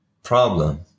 Problem